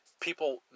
People